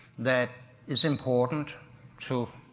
that is important to